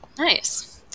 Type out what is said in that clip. Nice